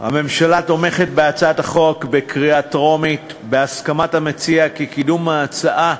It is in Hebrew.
הממשלה תומכת בהצעת החוק בקריאה טרומית בהסכמת המציע שקידום הצעת